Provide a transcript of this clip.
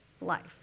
Life